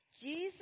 Jesus